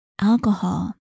alcohol